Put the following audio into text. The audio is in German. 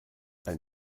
ein